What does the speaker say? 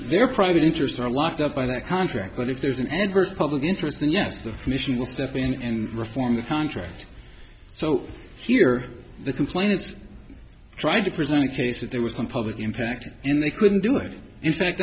their private interests are locked up by the contract but if there's an adverse public interest and yes the commission will step in and reform the contract so here the complainants tried to present a case that there was some public impact and they couldn't do it in fact